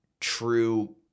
true